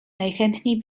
najchętniej